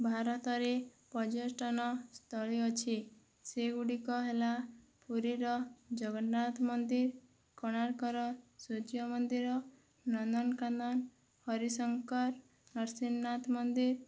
ଭାରତରେ ପର୍ଯ୍ୟଟନସ୍ଥଳୀ ଅଛି ସେଗୁଡ଼ିକ ହେଲା ପୁରୀର ଜଗନ୍ନାଥ ମନ୍ଦିର କୋଣାର୍କର ସୂର୍ଯ୍ୟ ମନ୍ଦିର ନନ୍ଦନକାନନ ହରିଶଙ୍କର ନସିଂହନାଥ ମନ୍ଦିର